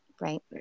right